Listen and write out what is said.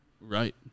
Right